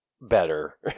better